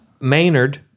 Maynard